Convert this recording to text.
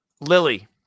Lily